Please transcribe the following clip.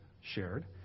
shared